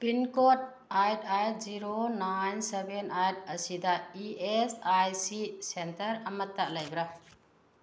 pin code eight eight zero nine seven eight ꯑꯁꯤꯗ E S I C centre ꯑꯃꯇ ꯂꯩꯕ꯭ꯔꯥ